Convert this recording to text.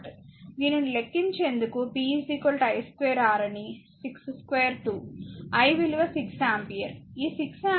దీనిని లెక్కించేందుకు p i2 R అని 622 i విలువ 6 ఆంపియర్ ఈ 6 ఆంపియర్ 62 2 5 లెక్కించారు